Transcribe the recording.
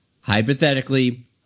hypothetically